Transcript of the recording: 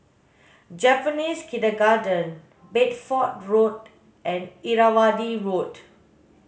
Japanese Kindergarten Bedford Road and Irrawaddy Road